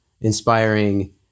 inspiring